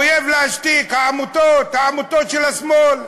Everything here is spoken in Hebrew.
האויב להשתיק: העמותות, העמותות של השמאל.